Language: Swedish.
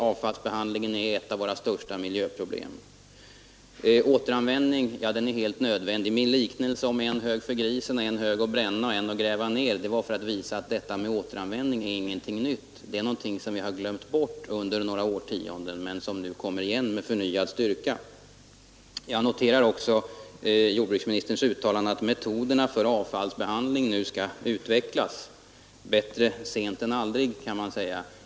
Behandlingen av vårt avfall är ett av de största miljöproblemen, och återanvändningen av avfallet är helt nödvändig. Min liknelse om en hög för grisen, en hög att bränna och en att gräva ner tog jag för att visa att detta med återanvändning är ingenting nytt. Det är bara något som vi har glömt bort under några årtionden, men det är ett krav som nu kommer igen med förnyad styrka. Jag noterade också jordbruksministerns uttalande att metoderna för avfallsbehandlingen nu skall utvecklas. Bättre sent än aldrig, kan man säga.